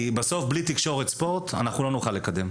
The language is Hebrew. בסוף, בלי תקשורת ספורט אנחנו לא נוכל לקדם.